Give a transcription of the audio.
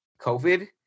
covid